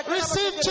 Receive